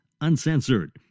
Uncensored